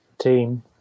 team